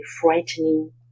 frightening